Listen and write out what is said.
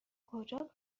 کجا